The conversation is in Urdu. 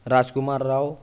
راجکمار راؤ